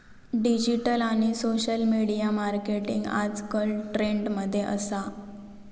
digital आणि social media marketing आजकल trend मध्ये असा